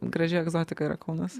graži egzotika yra kaunas